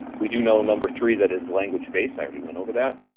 we do know, number three, that it's language-based. i already went over that.